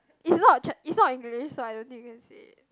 it's not ch~ it's not English so I don't think we can say it